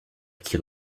qui